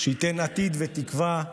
שייתן עתיד ותקווה לעיר.